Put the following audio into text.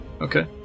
Okay